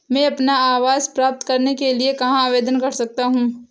मैं अपना आवास प्राप्त करने के लिए कहाँ आवेदन कर सकता हूँ?